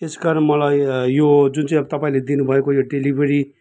यस कारण मलाई यो जुन चाहिँ अब तपाईँले दिनुभएको यो डेलिभरी